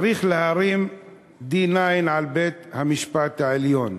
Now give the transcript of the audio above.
צריך להרים D-9 על בית-המשפט העליון,